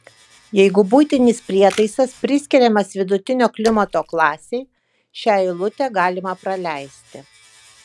jeigu buitinis prietaisas priskiriamas vidutinio klimato klasei šią eilutę galima praleisti